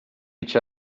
each